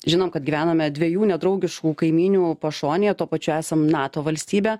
žinom kad gyvename dviejų nedraugiškų kaimynių pašonėje tuo pačiu esam nato valstybė